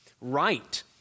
right